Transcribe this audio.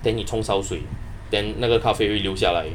then 你冲烧水 then 那个咖啡会留下来